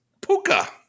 Puka